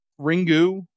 ringu